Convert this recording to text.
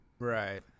right